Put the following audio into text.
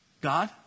God